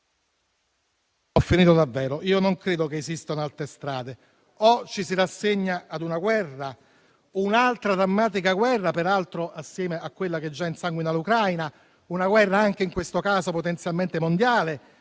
- in conclusione - che esistano altre strade: o ci si rassegna a una guerra, un'altra drammatica guerra, peraltro assieme a quella che già insanguina l'Ucraina, una guerra anche in questo caso potenzialmente mondiale,